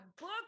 book